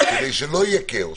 כדי שלא יהיה כאוס,